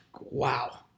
wow